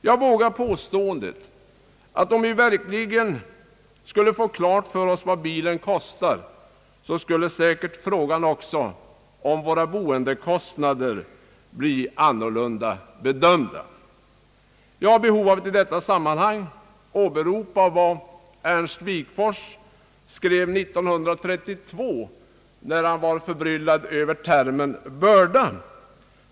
Jag vågar påståendet att om vi verkligen skulle få klart för oss vad bilen kostar skulle säkert också frågan om våra boendekostnader bli annorlunda bedömd. Jag har ett behov av att i detta sammanhang åberopa vad Ernst Wigforss skrev år 1932 när han var förbryllad över termen »börda».